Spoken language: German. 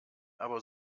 aber